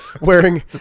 wearing